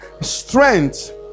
strength